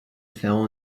fell